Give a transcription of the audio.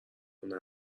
خونه